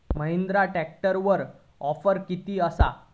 महिंद्रा ट्रॅकटरवर ऑफर किती आसा?